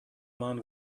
man